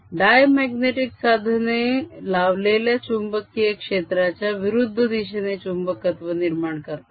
diamagnetic साधने लावलेल्या चुंबकीय क्षेत्राच्या विरुद्ध दिशेने चुंबकत्व निर्माण करतात